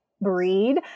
breed